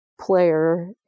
player